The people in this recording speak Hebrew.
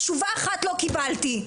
תשובה אחת לא קיבלתי.